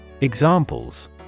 Examples